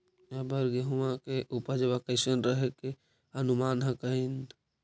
अबर गेहुमा के उपजबा कैसन रहे के अनुमान हखिन?